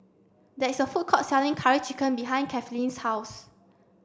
there is a food court selling curry chicken behind Cathleen's house